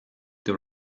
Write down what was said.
the